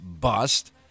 bust